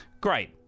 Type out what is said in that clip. Great